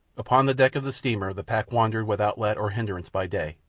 upon the deck of the steamer the pack wandered without let or hindrance by day,